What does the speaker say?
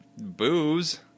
Booze